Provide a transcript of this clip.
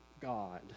God